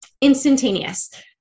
instantaneous